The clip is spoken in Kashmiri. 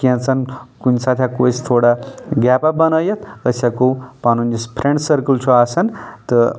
کیٚنٛژَن کُنہِ ساتہٕ ہٮ۪کو أسۍ تھوڑا گیپا بَنٲوِتھ أسۍ ہٮ۪کو پَنُن یُس ٚفرینٛڈ سٔرکٕل چھُ آسان تہٕ